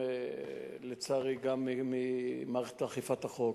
ולצערי גם אנשים ממערכת אכיפת החוק,